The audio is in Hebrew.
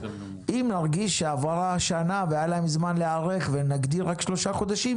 אם נרגיש שעברה שנה והיה להם זמן להיערך ונגדיר רק שלושה חודשים,